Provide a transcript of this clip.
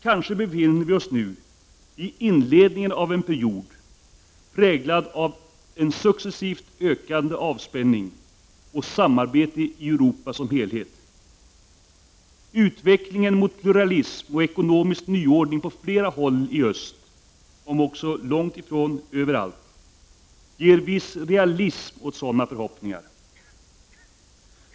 Kanske befinner vi oss nu i inledningen av en period av successivt ökande avspänning och samarbete i Europa som helhet. Utvecklingen mot pluralism och ekonomisk nyordning på flera håll i öst, om också långt ifrån överallt, ger viss realism åt sådana förhoppningar.